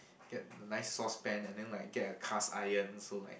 get the nice sauce pan and then like get a cast iron so like